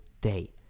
day